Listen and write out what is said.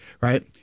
right